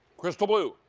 crystal blue.